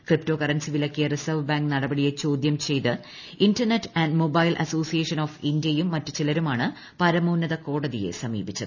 crypto currency വിലക്കിയ reserve bank നടപടിയെ ചോദ്യം ചെയ്ത് internet and mobile association of ഇന്ത്യയും മറ്റ് ചിലരുമാണ് പരമോന്നത കോടതിയെ സമീപിച്ചത്